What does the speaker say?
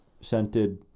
scented